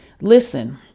Listen